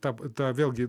ta ta vėlgi